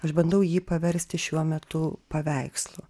aš bandau jį paversti šiuo metu paveikslu